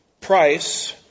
price